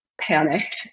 panicked